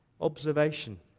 observation